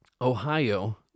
Ohio